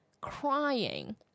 crying